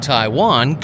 Taiwan